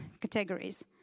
categories